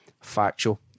factual